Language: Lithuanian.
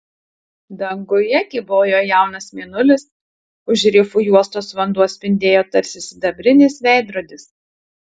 danguje kybojo jaunas mėnulis už rifų juostos vanduo spindėjo tarsi sidabrinis veidrodis